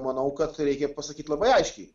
manau kad reikia pasakyt labai aiškiai